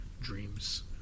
dreams